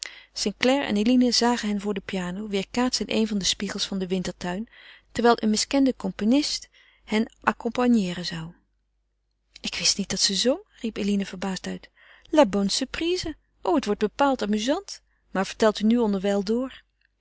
clare en eline zagen hen voor de piano weêrkaatst in een der spiegels van den wintertuin terwijl een miskende componist hen accompagneeren zou ik wist niet dat ze zong riep eline verbaasd uit la bonne surprise o het wordt bepaald amuzant maar vertelt u nu onderwijl door